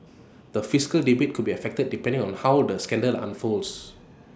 the fiscal debate could be affected depending on how the scandal unfolds